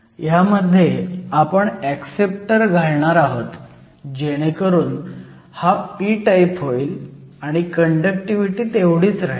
ह्यामध्ये आपण ऍक्सेप्टर घालणार आहोत जेणेकरून हा p टाईप होईल आणि कंडक्टिव्हिटी तेवढीच राहील